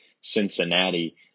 Cincinnati